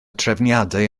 trefniadau